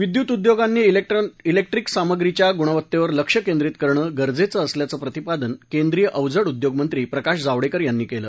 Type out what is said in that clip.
विद्युत उद्योगांनी इलेक्ट्रीक सामग्रीच्या गुणवत्तेवर लक्ष केंद्रीत करणं गरजेचं असल्याचं प्रतिपादन केंद्रीय अवजड उद्योग मंत्री प्रकाश जावडेकर यांनी केलं